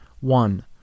One